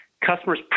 customers